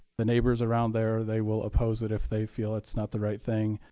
the neighbors around there, they will oppose it if they feel it's not the right thing.